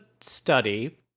study